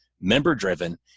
member-driven